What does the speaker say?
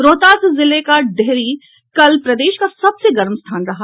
रोहतास जिले का डेहरी कल प्रदेश का सबसे गर्म स्थान रहा